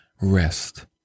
rest